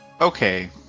Okay